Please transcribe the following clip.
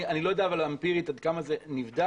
אני לא יודע אמפירית עד כמה שזה נבדק